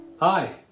Hi